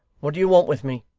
what do you want with me